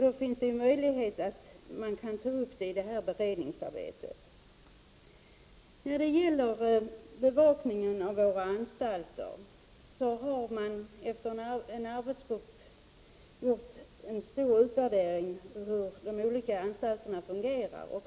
Det finns då en möjlighet att ta upp det i det här beredningsarbetet. När det gäller bevakningen av våra anstalter har man i en arbetsgrupp gjort en stor utredning om hur de olika anstalterna fungerar.